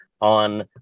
on